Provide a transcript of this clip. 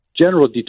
general